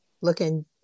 looking